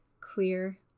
clear